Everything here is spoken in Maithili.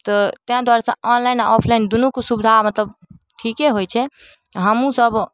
तऽ ताहि दुआरेसँ ऑनलाइन आओर ऑफलाइन दुनूके सुविधा मतलब ठीके होइ छै हमहूँसभ